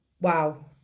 wow